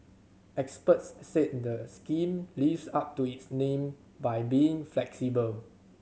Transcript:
experts said the scheme lives up to its name by being flexible